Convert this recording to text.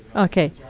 ok.